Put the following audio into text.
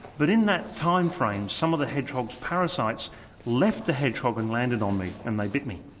but in that timeframe some of the hedgehog's parasites left the hedgehog and landed on me and they bit me.